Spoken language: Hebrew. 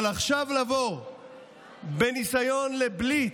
אבל לבוא עכשיו בניסיון בליץ,